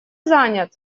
занят